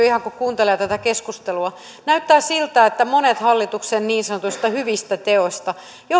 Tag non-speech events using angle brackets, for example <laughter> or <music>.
<unintelligible> ihan hämmentyy kun kuuntelee tätä keskustelua näyttää siltä että monet hallituksen niin sanotuista hyvistä teoista johtuvatkin itse